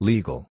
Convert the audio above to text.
Legal